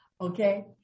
Okay